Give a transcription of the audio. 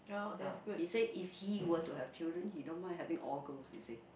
ah he say if he were to have children he don't mind having all girls he say